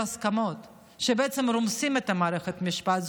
הסכמות שבעצם רומסות את מערכת המשפט.